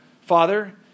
father